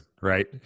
Right